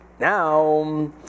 Now